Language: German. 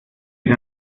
sie